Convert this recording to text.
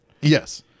Yes